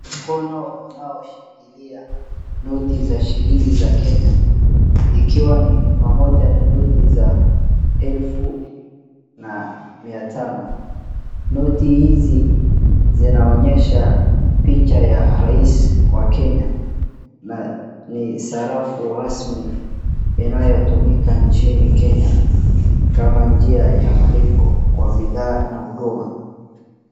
Mkono unaoshikilia noti za shilingi za Kenya ikiwa ni pamoja na noti za elfu na mia tano. Noti hizi zinaonyesha picha ya rais wa Kenya na ni sarafu rasmi inayotumika nchini Kenya kama njia ya malipo kwa bidhaa na huduma.